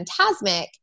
Fantasmic